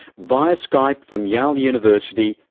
via skype from yale university,